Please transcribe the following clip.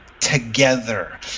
together